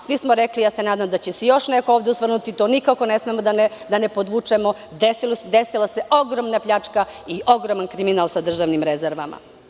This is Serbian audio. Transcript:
Svi smo rekli, nadam se da će se još neko osvrnuti, jer to nikako ne smemo da ne podvučemo, desila se ogromna pljačka i ogromni kriminal sa državnim rezervama.